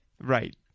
Right